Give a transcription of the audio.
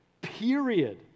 period